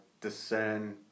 discern